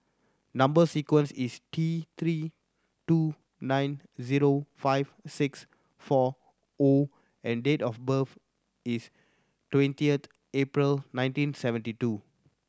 number sequence is T Three two nine zero five six four O and date of birth is twentieth April nineteen seventy two